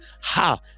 ha